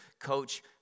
Coach